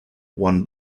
won